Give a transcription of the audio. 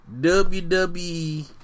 WWE